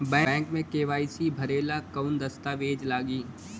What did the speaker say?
Bank मे KYC भरेला कवन दस्ता वेज लागी?